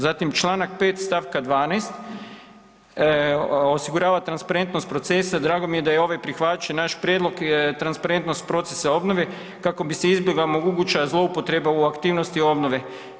Zatim čl. 5. stavka 12., osigurava transparentnost procesa, drago mi je da je ovaj prihvaćen naš prijedlog transparentnost procesa obnove kako bi se izbjegla moguća zloupotreba u aktivnosti obnove.